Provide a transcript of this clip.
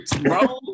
bro